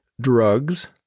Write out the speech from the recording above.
drugs